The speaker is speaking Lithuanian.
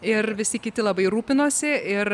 ir visi kiti labai rūpinosi ir